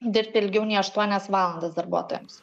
dirbti ilgiau nei aštuonias valandas darbuotojams